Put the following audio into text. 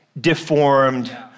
deformed